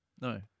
No